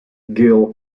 gil